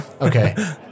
Okay